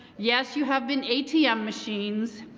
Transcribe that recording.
yes you have been atm machines.